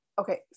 okay